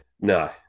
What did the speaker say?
No